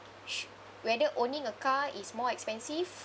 sh~ whether owning a car is more expensive